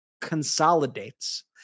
consolidates